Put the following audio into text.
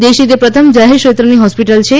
દેશની તે પ્રથમ જાહેર ક્ષેત્રની હોસ્પિટલ છે